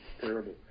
Terrible